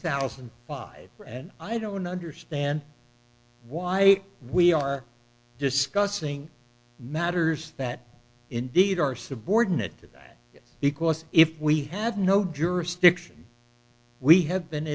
thousand and five and i don't understand why we are discussing matters that indeed are subordinate to that because if we had no jurisdiction we have been